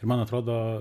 ir man atrodo